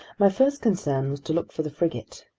my first concern was to look for the frigate.